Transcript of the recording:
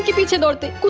to meet and that